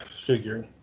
figure